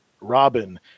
Robin